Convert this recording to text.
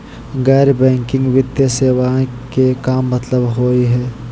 गैर बैंकिंग वित्तीय सेवाएं के का मतलब होई हे?